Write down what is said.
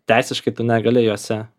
teisiškai tu negali jose